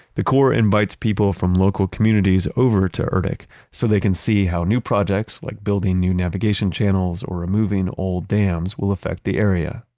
the corps invites people from local communities over to erdc so they can see how new projects, like building new navigation channels or ah moving old dams, will affect the area.